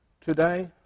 today